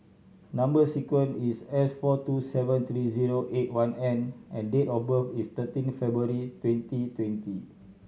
number sequence is S four two seven three zero eight one N and date of birth is thirteen February twenty twenty